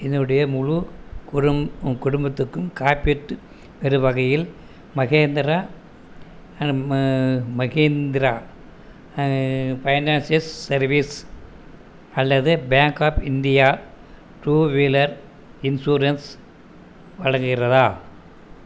என்னுடைய முழு குடும் குடும்பத்துக்கும் காப்பீட்டு பெறும் வகையில் Mahindra and Mahindra financial service அல்லது bank of India two wheeler insurance வழங்குகிறதா